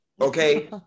okay